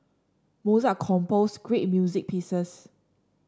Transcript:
Mozart composed great music pieces